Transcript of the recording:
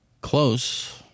Close